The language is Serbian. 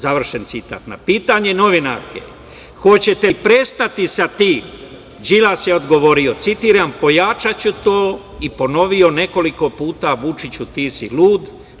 Na pitanje novinarke: „Hoćete li prestati sa tim?“, Đilas je odgovorio, citiram: „Pojačaću to“ i ponovio nekoliko puta: „Vučiću, ti si lud“